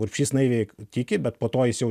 urbšys naiviai tiki bet po to jis jau